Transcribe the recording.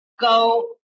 go